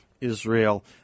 Israel